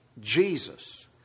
Jesus